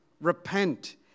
repent